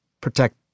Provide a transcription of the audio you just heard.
protect